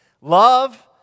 Love